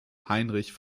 heinrich